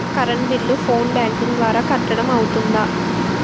Current bill phone banking ద్వారా కట్టడం అవ్తుందా?